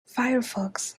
firefox